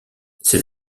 ses